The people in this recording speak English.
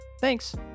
Thanks